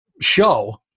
show